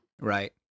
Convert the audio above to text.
Right